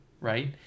Right